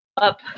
up